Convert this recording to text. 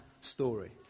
story